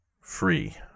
free